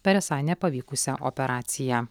per esą nepavykusią operaciją